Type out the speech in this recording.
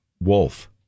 wolf